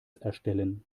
erstellen